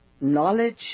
knowledge